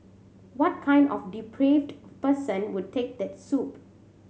what kind of depraved person would take the soup